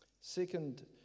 second